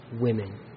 women